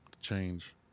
change